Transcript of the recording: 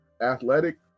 athletic